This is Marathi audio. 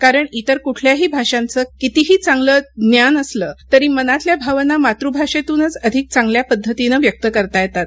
कारण इतर कुठल्याही भाषांचं कितीही चांगलं ज्ञान असलं तरी मनातल्या भावना मातुभाषेतूनच अधिक चांगल्या पद्धतीनें व्यक्त करता येतात